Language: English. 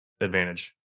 advantage